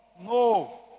No